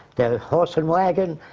their horse and wagon.